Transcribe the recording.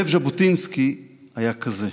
זאב ז'בוטינסקי היה כזה.